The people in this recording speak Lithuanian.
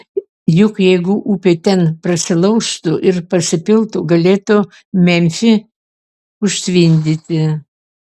juk jeigu upė ten prasilaužtų ir pasipiltų galėtų memfį užtvindyti